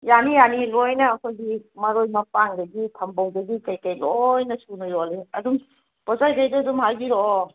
ꯌꯥꯅꯤ ꯌꯥꯅꯤ ꯂꯣꯏꯅ ꯑꯩꯈꯣꯏꯒꯤ ꯃꯔꯣꯏ ꯃꯄꯥꯡꯗꯒꯤ ꯊꯝꯕꯧꯗꯒꯤ ꯀꯩꯀꯩ ꯂꯣꯏꯅ ꯁꯨꯅ ꯌꯣꯜꯂꯦ ꯑꯗꯨꯝ ꯄꯣꯠ ꯆꯩ ꯈꯩꯗꯤ ꯑꯗꯨꯝ ꯍꯥꯏꯕꯤꯔꯛꯑꯣ